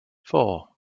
four